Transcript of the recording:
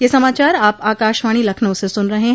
ब्रे क यह समाचार आप आकाशवाणी लखनऊ से सुन रहे हैं